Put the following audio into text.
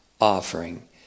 offering